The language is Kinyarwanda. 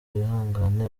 wihangane